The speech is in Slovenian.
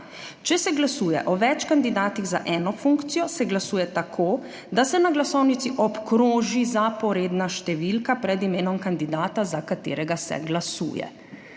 »Če se glasuje o več kandidatih za eno funkcijo, se glasuje tako, da se na glasovnici obkroži zaporedna številka pred imenom kandidata, za katerega se glasuje.«